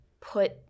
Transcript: put